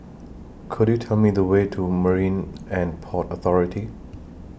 Could YOU Tell Me The Way to Marine and Port Authority